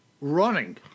Running